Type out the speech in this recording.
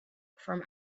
from